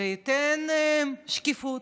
זה ייתן שקיפות,